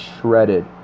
shredded